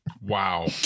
Wow